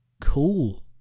Cool